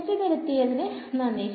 തെറ്റ് തിരുത്തിയതിൽ നന്ദി